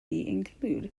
include